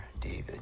David